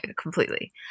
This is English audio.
Completely